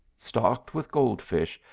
stocked with gold-fish,